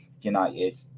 United